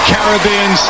Caribbean